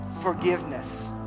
forgiveness